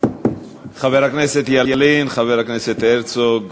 חבר הכנסת ילין, חבר הכנסת הרצוג.